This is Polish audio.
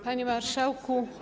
Panie Marszałku!